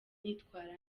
nitwara